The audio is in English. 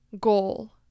goal